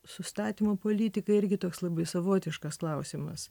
sustatymo politika irgi toks labai savotiškas klausimas